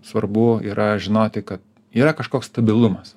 svarbu yra žinoti ka yra kažkoks stabilumas